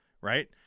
right